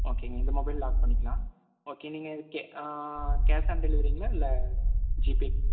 ஓகேங் இந்த mobile lock பண்ணிக்கலாம் ஓகே நீங்கள் அதுக்கு கேஷ் ஆன் டெலிவரிங்களா இலை ஜீபே